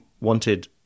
wanted